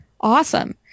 awesome